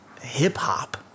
hip-hop